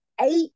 eight